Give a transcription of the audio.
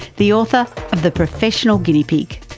the author of the professional guinea pig.